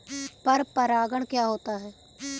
पर परागण क्या होता है?